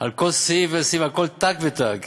על כל סעיף וסעיף, על כל תו ותג,